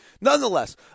nonetheless